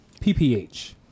pph